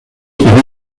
remains